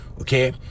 okay